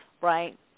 right